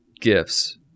gifts